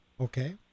okay